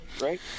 right